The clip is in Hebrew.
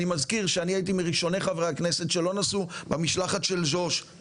אני מזכיר שאני הייתי מראשוני חברי הכנסת שלא נסעו במשלחת למולדובה,